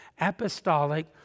apostolic